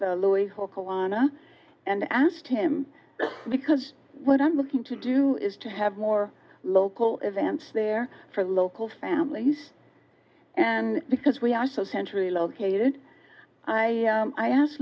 hochelaga and asked him because what i'm looking to do is to have more local events there for local families and because we are so centrally located i i asked